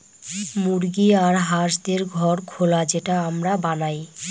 মুরগি আর হাঁসদের ঘর খোলা যেটা আমরা বানায়